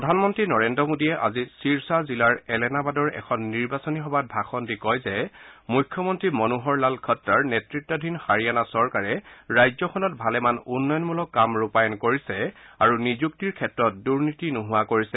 প্ৰধানমন্তী নৰেন্দ্ৰ মোডীয়ে আজি ছিৰছা জিলাৰ এলেনাবাদৰ এখন নিৰ্বাচনী সভাত ভাষণ দি কয় যে মুখ্যমন্তী মনোহৰ লাল খটাৰ নেতৃত্বাধীন হাৰিয়ানা চৰকাৰে ৰাজ্যখনত ভালেমান উন্নয়নমূলক কাম ৰূপায়ণ কৰিছে আৰু নিযুক্তিৰ ক্ষেত্ৰত দুৰ্নীতি নোহোৱা কৰিছে